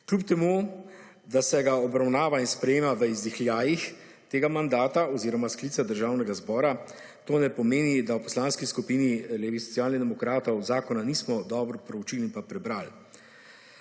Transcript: Kljub temu, da se ga obravnava in sprejema v izdihljajih tega mandata oziroma sklica Državnega zbora, to ne pomeni, da v Poslanski skupini SD zakona nismo dobro proučili in pa prebrali,